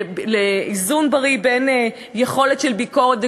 לאיזון בריא עם יכולת של ביקורת.